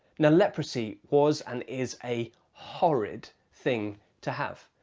now, leprosy was, and is, a horrid thing to have.